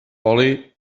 oli